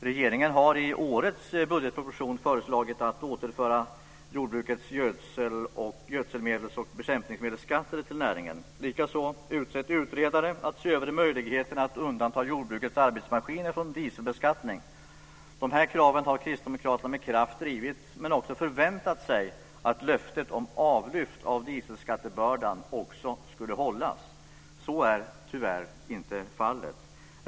Regeringen har i årets budgetproposition föreslagit att återföra jordbrukets gödselmedels och bekämpningsmedelsskatter till näringen, likaså utsett utredare att se över möjligheterna att undanta jordbrukets arbetsmaskiner från dieselbeskattning. Dessa krav har Kristdemokraterna med kraft drivit, men också förväntat sig att löftet om avlyft av dieselskattebördan skulle hållas. Så är tyvärr inte fallet.